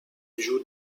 joue